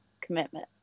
commitment